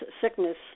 sickness